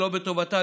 שלא בטובתה,